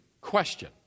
question